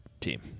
team